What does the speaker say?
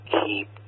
keep